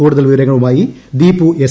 കൂടുതൽ വിവരങ്ങളുമായി ദീപു എസ്